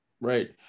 right